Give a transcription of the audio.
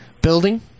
building